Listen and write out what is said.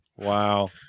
Wow